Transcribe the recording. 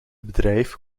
bedrijf